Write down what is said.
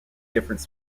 different